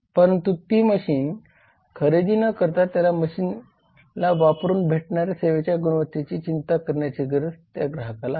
परंतु ती मशीन खरेदी न करता त्या मशीनला वापरून भेटणाऱ्या सेवेच्या गुणवत्तेची चिंता करण्याची गरज त्या ग्राहकाला आहे